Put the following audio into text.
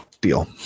deal